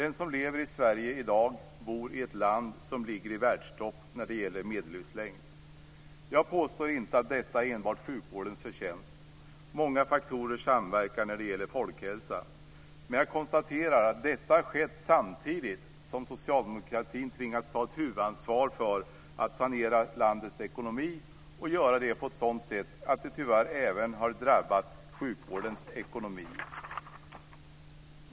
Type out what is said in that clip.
Den som lever i Sverige i dag bor i ett land som ligger i världstopp när det gäller medellivslängd. Jag påstår inte att detta enbart är sjukvårdens förtjänst. Många faktorer samverkar när det gäller folkhälsa. Men jag konstaterar att detta har skett samtidigt som socialdemokraterna har tvingats att ta ett huvudansvar för att sanera landets ekonomi på ett sådant sätt att det tyvärr har drabbat även sjukvårdens ekonomi.